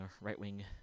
right-wing